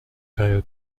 période